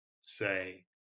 say